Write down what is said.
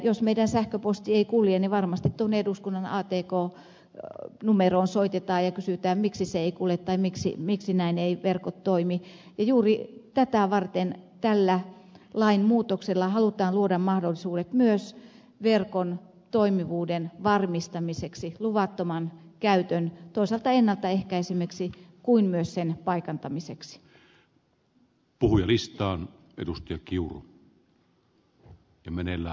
jos meidän sähköpostimme ei kulje niin varmasti tuonne eduskunnan atk numeroon soitetaan ja kysytään miksi se ei kulje tai miksi verkot eivät toimi ja juuri tätä varten tällä lainmuutoksella halutaan luoda mahdollisuudet myös verkon toimivuuden varmistamiseksi toisaalta luvattoman käytön ennalta ehkäisemiseksi kuin myös sen paikantamiseksi